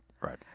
right